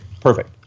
Perfect